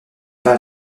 pas